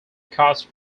cost